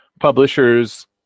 Publishers